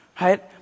right